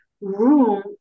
room